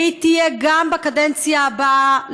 היא תהיה גם בקדנציה הבאה,